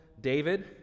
David